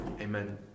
amen